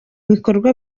bikorwa